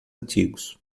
antigos